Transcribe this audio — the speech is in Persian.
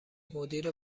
مدیر